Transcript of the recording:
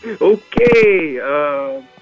Okay